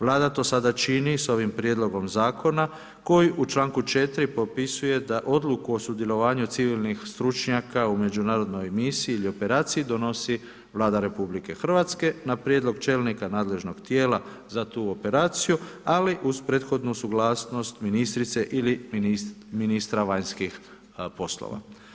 Vlada to sada čini s ovim Prijedlogom zakona koji u članku 4. propisuje da odluku o sudjelovanju civilnih stručnjaka u međunarodnoj misiji ili operaciji donosi Vlada Republike Hrvatske na prijedlog čelnika nadležnog tijela za tu operaciju, ali uz prethodnu suglasnost ministrice ili ministra vanjskih poslova.